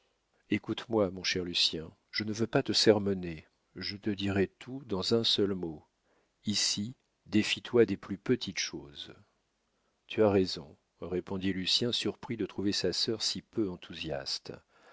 écoute-moi mon cher lucien je ne veux pas te sermonner je te dirai tout dans un seul mot ici défie toi des plus petites choses tu as raison répondit lucien surpris de trouver sa sœur si peu enthousiaste